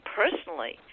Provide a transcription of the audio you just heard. personally